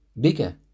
bigger